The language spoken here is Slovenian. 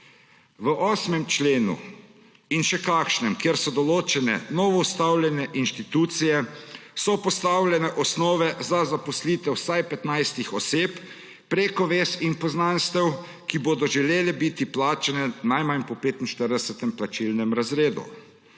V 8. členu in še kakšnem, kjer so določene novoustanovljene inštitucije, so postavljene osnove za zaposlitev vsaj 15 oseb preko vez in poznanstev, ki bodo želele biti plačane najmanj po 45. plačnem razredu.